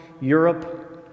Europe